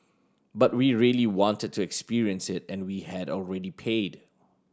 but we really wanted to experience it and we had already paid